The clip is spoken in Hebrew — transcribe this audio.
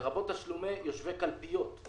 לרבות תשלומי יושבי קלפיות,